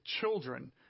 children